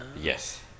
Yes